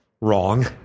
Wrong